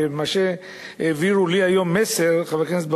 ומה שהעבירו לי היום מסר, חבר הכנסת בר-און,